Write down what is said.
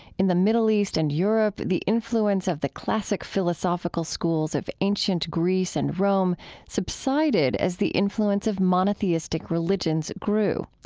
in the middle east and europe, the influence of the classic philosophical schools of ancient greece and rome subsided as the influence of monotheistic religions grew.